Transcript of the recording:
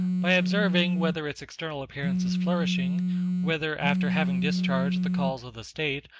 by observing whether its external appearance is flourishing whether, after having discharged the calls of the state,